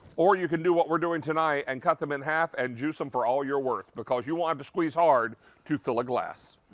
or you can do what we are doing tonight and cut them in half and use them for all you are with. because you want um to squeeze hard to fellow glass.